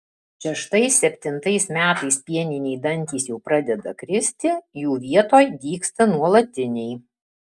šeštais septintais metais pieniniai dantys jau pradeda kristi jų vietoj dygsta nuolatiniai